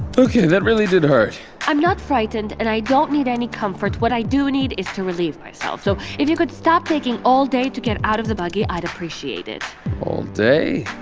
okay, that really did hurt i'm not frightened, and i don't need any comfort. what i do need is to relieve myself. so if you could stop taking all day to get out of the buggy, i'd appreciate it all day?